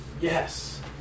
Yes